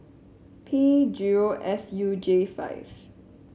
P zero S U J five